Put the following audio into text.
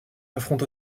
affronte